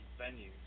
venues